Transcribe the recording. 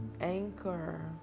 Anchor